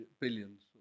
billions